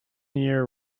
year